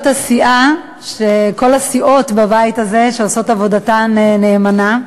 כל הסיעות בבית הזה, שעושות עבודתן נאמנה,